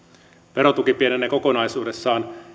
verotuki pienenee kokonaisuudessaan